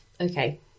Okay